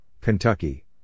Kentucky